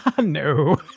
No